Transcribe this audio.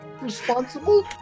responsible